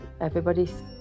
everybody's